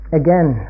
again